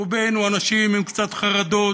רובנו אנשים עם קצת חרדות,